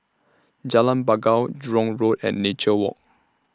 Jalan Bangau Jurong Road and Nature Walk